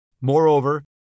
Moreover